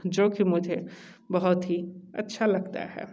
जोकि मुझे बहुत ही अच्छा लगता है